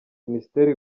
minisiteri